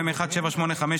מ/1785,